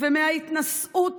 ומההתנשאות